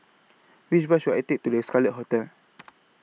Which Bus should I Take to The Scarlet Hotel